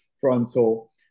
frontal